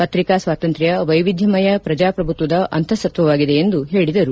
ಪತ್ರಿಕಾ ಸ್ವಾತಂತ್ರ್ಯ ವೈವಿಧ್ಯಮಯ ಪ್ರಜಾಪ್ರಭುತ್ವದ ಅಂತಃಸತ್ತ್ವವಾಗಿದೆ ಎಂದು ಹೇಳಿದರು